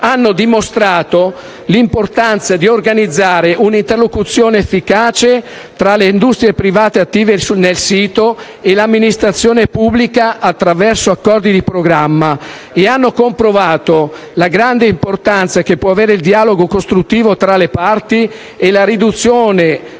hanno dimostrato l'importanza di organizzare un'interlocuzione efficace tra le industrie private attive nel sito e l'amministrazione pubblica, attraverso accordi di programma, e hanno comprovato la grande importanza che può avere il dialogo costruttivo tra le parti e la riduzione